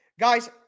Guys